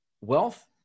wealth